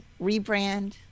rebrand